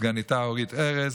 סגניתה אורית ארז,